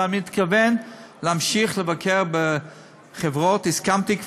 ואני מתכוון להמשיך לבקר בחברות, הסכמתי כבר.